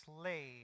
slave